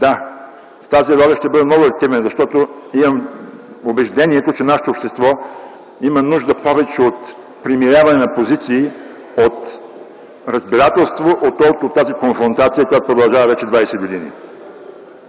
Да, в тази роля ще бъда много активен, защото имам убеждението, че нашето общество има нужда повече от примиряване на позиции, от разбирателство отколкото от тази конфронтация, която продължава вече 20 години.